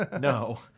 No